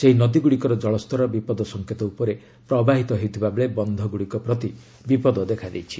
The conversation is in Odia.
ସେହି ନଦୀଗୁଡ଼ିକର କଳସ୍ତର ବିପଦସଂକେତ ଉପରେ ପ୍ରବାହିତ ହେଉଥିବା ବେଳେ ବନ୍ଧଗୁଡ଼ିକ ପ୍ରତି ବିପଦ ଦେଖାଦେଇଛି